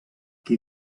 qui